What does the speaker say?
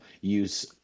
use